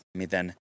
miten